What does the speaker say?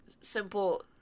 simple